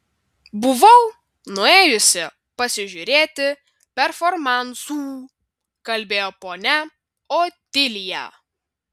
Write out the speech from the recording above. buvau nuėjusi pasižiūrėti performansų kalbėjo ponia otilija